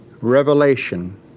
revelation